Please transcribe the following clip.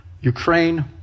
Ukraine